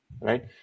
Right